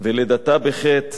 ולידתה בחטא.